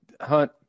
hunt